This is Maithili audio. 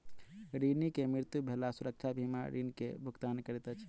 ऋणी के मृत्यु भेला सुरक्षा बीमा ऋण के भुगतान करैत अछि